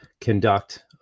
conduct